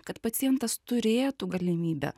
kad pacientas turėtų galimybę